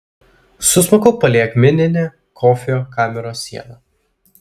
susmukau palei akmeninę kofio kameros sieną